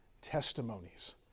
testimonies